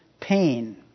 pain